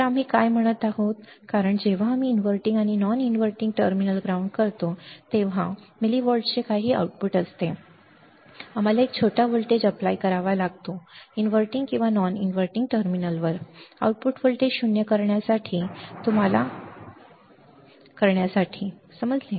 तर आम्ही काय म्हणत आहोत कारण जेव्हा आम्ही इनव्हर्टिंग आणि नॉन इन्व्हर्टिंग टर्मिनल ग्राउंड करतो तेव्हा कारण मिलिवॉल्ट्सचे काही आउटपुट असते आम्हाला एक छोटा व्होल्टेज एप्लाय करावा लागतो इनव्हर्टिंग किंवा नॉन इनव्हर्टिंग टर्मिनलवर आउटपुट व्होल्टेज 0 करण्यासाठी तुम्हाला समजले